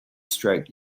straight